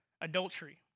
adultery